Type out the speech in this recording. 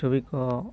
ᱪᱷᱚᱵᱤ ᱠᱚ